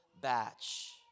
batch